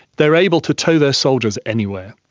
they are able to tow their soldiers anywhere,